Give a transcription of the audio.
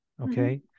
okay